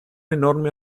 enorme